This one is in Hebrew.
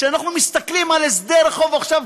כשאנחנו מסתכלים על הסדר חוב, עכשיו